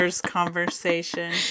conversation